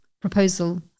proposal